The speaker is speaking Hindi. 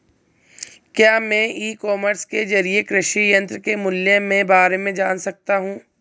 क्या मैं ई कॉमर्स के ज़रिए कृषि यंत्र के मूल्य में बारे में जान सकता हूँ?